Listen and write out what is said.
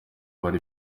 bari